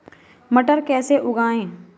मटर कैसे उगाएं?